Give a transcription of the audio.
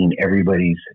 everybody's